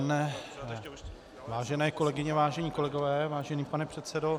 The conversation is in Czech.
Dobrý den, vážené kolegyně, vážení kolegové, vážený pane předsedo.